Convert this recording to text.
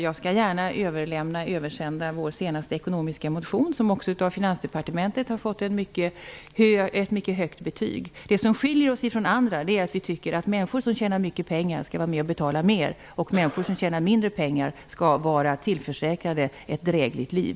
Jag skall gärna översända vår senaste ekonomiska motion som av Finansdepartementet har fått ett mycket högt betyg. Det som skiljer oss från andra är att vi tycker att människor som tjänar mycket pengar skall vara med och betala mer och att människor som tjänar mindre pengar skall vara tillförsäkrade ett drägligt liv.